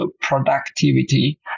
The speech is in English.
productivity